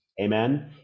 Amen